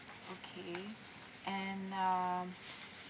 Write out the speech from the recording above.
okay and uh